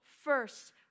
first